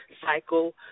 cycle